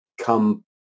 come